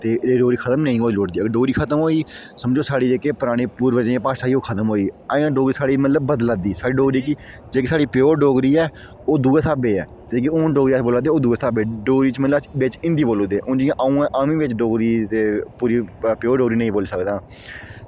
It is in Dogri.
ते एह् डोगरी खत्म नेईं होई लोड़दी जेकर डोगरी खत्म होई समझो जेह्की साढ़ी पूर्वजें दी भाशा ओह् खत्म होई अजें डोगरी साढ़ी मतलब कि बदला दी अजें डोगरी साढ़ी जेह्की साढ़ी प्योर डोगरी ऐ ओह् दूऐ स्हाबै दी ऐ ते जेह्की हून अस बोल्लै दे ओह् दूऐ स्हाबै दी ऐ अस मतलब बिच हिंदी बोली ओड़दे हून जि'यां अ'ऊं आं अ'ऊं बिच हिंदी बोली ते पूरी डोगरी प्योर नेईं बोली सकदा